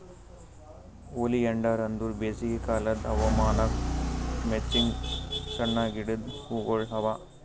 oleander ಅಂದುರ್ ಬೇಸಿಗೆ ಕಾಲದ್ ಹವಾಮಾನಕ್ ಮೆಚ್ಚಂಗ್ ಸಣ್ಣ ಗಿಡದ್ ಹೂಗೊಳ್ ಅವಾ